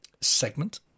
segment